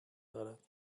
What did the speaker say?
دارد